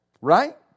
Right